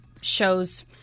shows